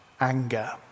anger